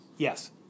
Yes